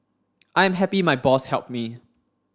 I am happy my boss helped me